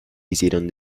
hicieron